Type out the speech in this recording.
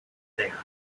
there